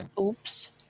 Oops